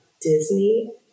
Disney